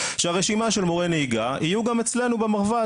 שהרשימה של מורי הנהיגה תהיה גם אצלנו במרב"ד,